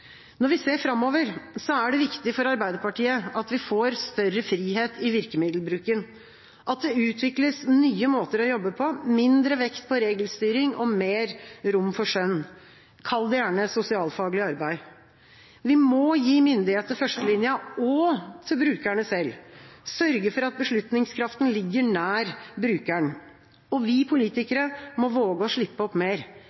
Når vi ser framover, er det viktig for Arbeiderpartiet at vi får større frihet i virkemiddelbruken, at det utvikles nye måter å jobbe på, mindre vekt på regelstyring og mer rom for skjønn. Kall det gjerne sosialfaglig arbeid. Vi må gi myndighet til førstelinja og til brukerne selv, sørge for at beslutningskraften ligger nær brukeren. Vi